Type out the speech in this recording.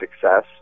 success